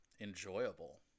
enjoyable